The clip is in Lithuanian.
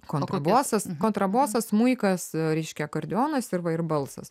kontrabosas kontrabosas smuikas reiškia akordeonas ir va ir balsas